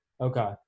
Okay